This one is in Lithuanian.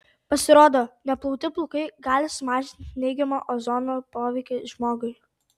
pasirodo neplauti plaukai gali sumažinti neigiamą ozono poveikį žmogui